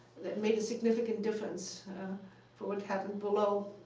that made a significant difference for what happened below.